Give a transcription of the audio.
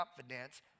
confidence